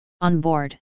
Onboard